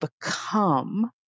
become